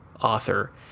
author